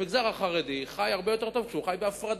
המגזר החרדי חי הרבה יותר טוב כשהוא חי בהפרדה.